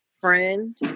friend